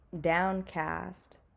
Downcast